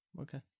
Okay